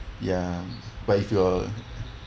ya but if your